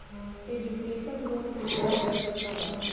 Education loan के ब्याज दर केतना बा?